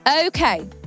okay